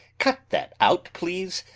cut that out, please!